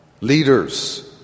leaders